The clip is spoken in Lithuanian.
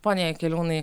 pone jakeliūnai